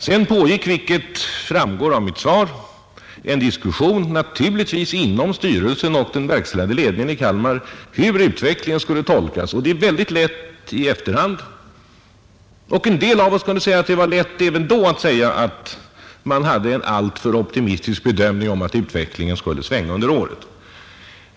Sedan pågick, vilket framgår av mitt svar, en diskussion mellan styrelsen för Kalmar verkstad och ledningen i Statsföretag om hur utvecklingen skulle tolkas. Det är lätt att i efterhand — och en del kan mena att det var lätt även då — säga att man hade en alltför optimistisk bedömning om att utvecklingen skulle svänga under året.